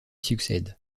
succède